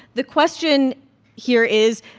the question here is,